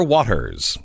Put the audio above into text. Waters